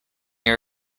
your